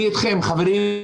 אני איתכם, חברים.